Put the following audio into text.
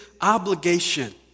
obligation